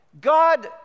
God